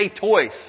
toys